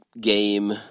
game